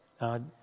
now